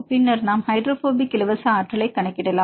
பின்னர் நாம் ஹைட்ரோபோபிக் இலவச ஆற்றல் கணக்கிடலாம்